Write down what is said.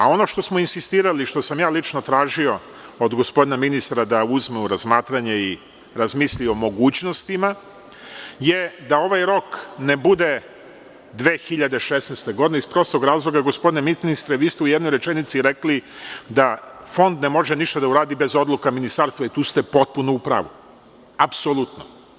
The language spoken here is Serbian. Ono što smo insistirali i što sam ja lično tražio od gospodina ministra da uzme u razmatranje i razmisli o mogućnostima, je da ovaj rok ne bude 2016. godina iz razloga, gospodine ministre, vi ste u jednoj rečenici rekli da Fond ne može ništa da uradi bez odluke Ministarstva i tu ste potpuno u pravu, apsolutno.